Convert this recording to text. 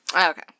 Okay